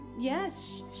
Yes